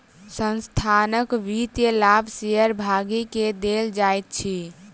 संस्थानक वित्तीय लाभ शेयर भागी के देल जाइत अछि